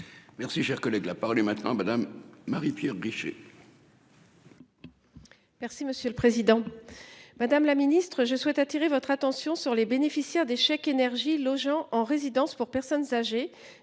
Merci, cher collègue, la parole est maintenant madame Marie-Pierre Richer. Merci, monsieur le Président. Madame la Ministre je souhaite attirer votre attention sur les bénéficiaires des chèques énergie logeant en résidence pour personnes âgées